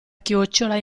chiocciola